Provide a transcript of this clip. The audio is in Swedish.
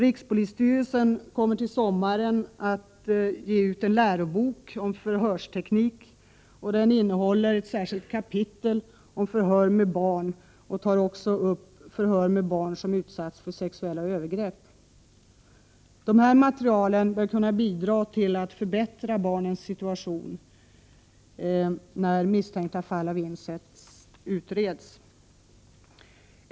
Rikspolisstyrelsen kommer till sommaren att ge ut en lärobok om förhörsteknik. Den innehåller ett särskilt kapitel om förhör med barn och tar också upp förhör med barn som utsatts för sexuella övergrepp. Detta material bör kunna bidra till att förbättra barnens situation när misstänkta fall av incest utreds.